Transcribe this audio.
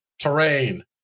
Terrain